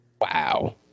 Wow